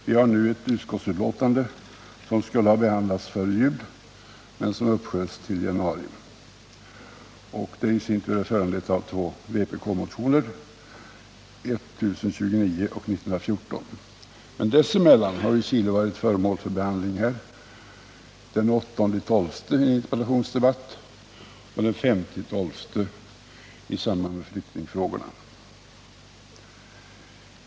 Vi har nu ett utskottsbetänkande som skulle ha behandlats före jul men som uppsköts till januari — betänkandet är föranlett av två vpk-motioner, nr 1029 och 1914 —- men dessemellan har Chilefrågan varit föremål för behandling i en interpellationsdebatt den 8 december liksom även i en interpellationsdebatt den 5 december i samband med behandlingen av flyktingfrågorna.